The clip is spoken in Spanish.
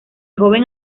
joven